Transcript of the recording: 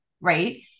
right